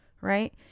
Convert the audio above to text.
right